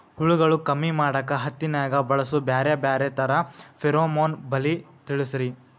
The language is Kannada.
ಹುಳುಗಳು ಕಮ್ಮಿ ಮಾಡಾಕ ಹತ್ತಿನ್ಯಾಗ ಬಳಸು ಬ್ಯಾರೆ ಬ್ಯಾರೆ ತರಾ ಫೆರೋಮೋನ್ ಬಲಿ ತಿಳಸ್ರಿ